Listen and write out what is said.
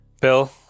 Bill